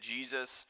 Jesus